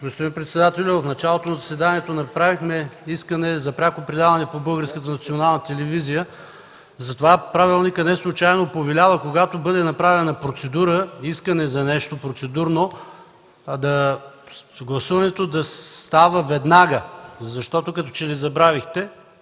Господин председателю, в началото на заседанието направихме искане за пряко предаване по Българската национална телевизия. Правилникът неслучайно повелява, когато бъде направена процедура, искане за нещо процедурно, гласуването да става веднага. Като че ли забравихте,